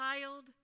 child